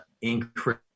increase